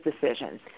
decisions